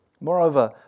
Moreover